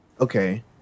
okay